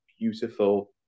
beautiful